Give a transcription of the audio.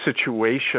situation